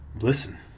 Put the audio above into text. listen